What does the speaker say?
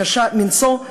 קשה מנשוא.